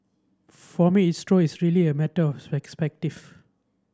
for me it's really a matter of